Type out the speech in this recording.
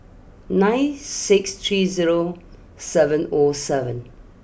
nine six three zero seven O seven